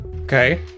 Okay